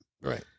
Right